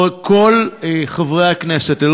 כל חברי הכנסת,